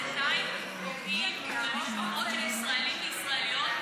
ובינתיים פוגעים במשפחות של ישראלים וישראליות,